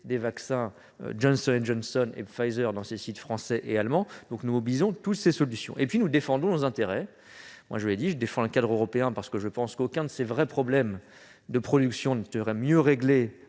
des vaccins Johnson & Johnson et Pfizer dans ses sites français et allemands. Nous mobilisons toutes ces solutions. Ensuite, nous défendons nos intérêts. Je défends le cadre européen, parce qu'aucun de ces vrais problèmes de production ne serait mieux réglé